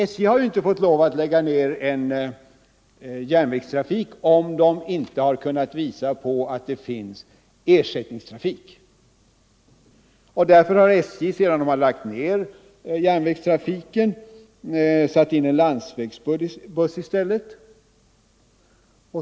SJ har inte fått lägga ned järnvägstrafiken om man inte kunnat visa på att det finns ersättningstrafik. Därför har SJ ofta, sedan man lagt ned järnvägstrafiken, satt in en landsvägsbuss i stället.